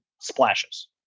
splashes